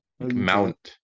Mount